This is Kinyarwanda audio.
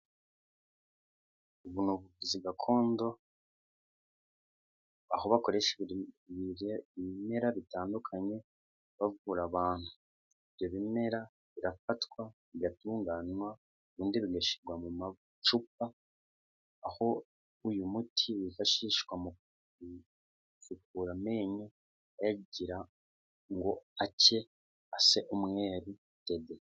Ubuvuzi gakondo aho bakoresha ibimera bitandukanye bavura abantu ibyo bimera birafatwa bigatunganywa ubundi bigashyirwa mu macupa, aho uyu muti wifashishwa mu gusukura amenyo ayagira ngo acye ase umwe dede.